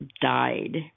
died